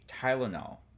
Tylenol